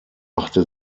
machte